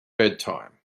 bedtime